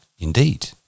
Indeed